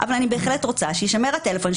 אבל אני בהחלט רוצה שיישמר הטלפון,